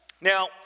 Now